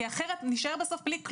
כי אחרת נישאר בסוף בלי.